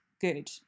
good